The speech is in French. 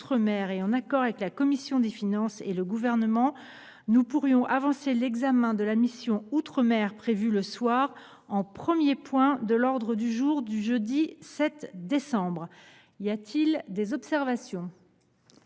et en accord avec la commission des finances et le Gouvernement, nous pourrions avancer l’examen de la mission « Outre mer », prévu le soir, en premier point de l’ordre du jour du jeudi 7 décembre. Y a t il des observations ?…